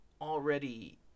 already